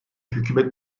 hükümet